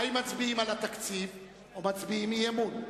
האם מצביעים על התקציב או מצביעים אי-אמון.